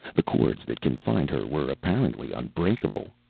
the cords that confined her were apparently unbreakable.